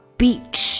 beach